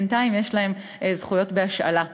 ובינתיים יש להם זכויות בהשאלה,